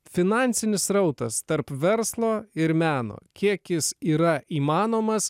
finansinis srautas tarp verslo ir meno kiek jis yra įmanomas